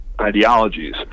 ideologies